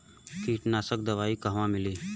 कीटनाशक दवाई कहवा मिली?